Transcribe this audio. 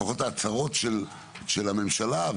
לפחות ההצהרות של הממשלה,